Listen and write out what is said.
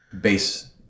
base